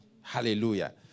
Hallelujah